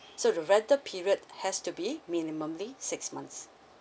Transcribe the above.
so the rental period has to be minimumly six months